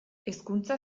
hezkuntza